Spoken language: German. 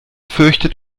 fürchtet